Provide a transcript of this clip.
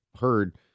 heard